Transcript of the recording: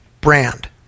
brand